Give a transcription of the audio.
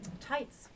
tights